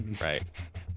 Right